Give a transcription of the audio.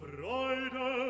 Freude